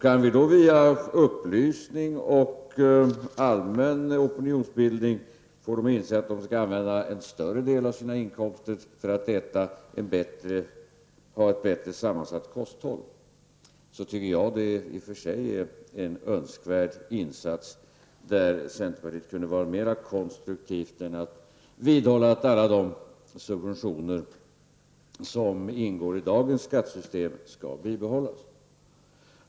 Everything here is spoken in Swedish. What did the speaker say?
Kan vi via upplysning och allmän opinionsbildning få dem att inse att de skall använda en större del av sina inkomster till att ha ett bättre sammansatt kosthåll tycker jag att det i och för sig är en önskvärd insats. Centerpartiet skulle kunna vara mera konstruktiv än att bara vidhålla att alla de subventioner som ingår i dagens skattesystem skall bibehållas.